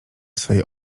swej